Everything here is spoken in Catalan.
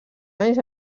anys